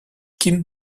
kim